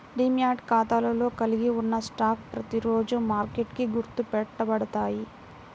demat ఖాతాలో కలిగి ఉన్న స్టాక్లు ప్రతిరోజూ మార్కెట్కి గుర్తు పెట్టబడతాయి